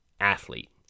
athlete